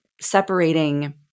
separating